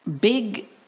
big